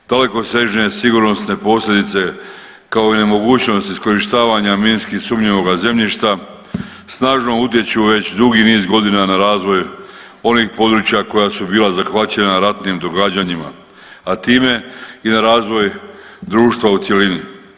Tolikosežne sigurnosne posljedice, kao i nemogućnost iskorištavanja minski sumnjivoga zemljišta snažno utječu već dugi niz godina na razvoj onih područja koja su bila zahvaćena ratnim događanjima, a time i na razvoj društva u cjelini.